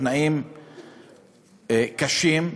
תנאים קשים,